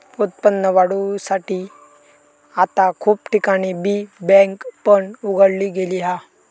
उत्पन्न वाढवुसाठी आता खूप ठिकाणी बी बँक पण उघडली गेली हा